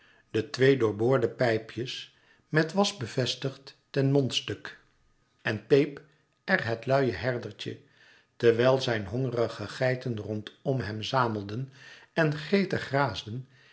de twee doorboorde pijpjes met was bevestigd ten mondstuk en peep er het luie herdertje terwijl zijn hongerige geiten rondom hem zamelden en gretig